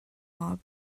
mob